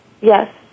Yes